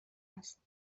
است